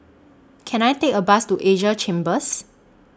Can I Take A Bus to Asia Chambers